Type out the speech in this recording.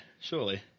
surely